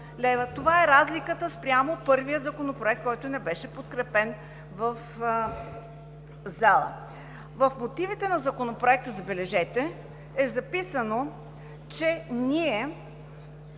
Това е разликата спрямо първия законопроект, който не беше подкрепен в залата. В мотивите на Законопроекта, забележете, е записано, че ние